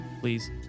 please